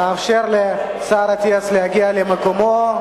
נאפשר לשר אטיאס להגיע למקומו.